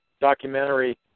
documentary